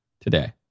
today